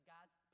God's